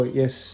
yes